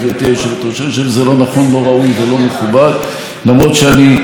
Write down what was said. למרות שאני בטוח שלחבר הכנסת לפיד יש עיסוקים חשובים,